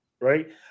right